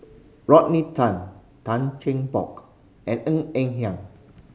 Rodney Tan Tan Cheng Bock and Ng Eng Hen